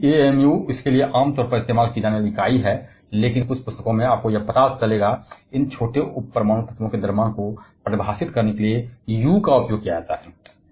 जबकि amu इसके लिए आमतौर पर इस्तेमाल की जाने वाली इकाई है लेकिन कुछ पुस्तकों में आपको यह भी पता चलेगा कि इन छोटे उप परमाणु तत्वों के द्रव्यमान को परिभाषित करने के लिए small u का उपयोग किया जाता है